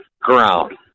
ground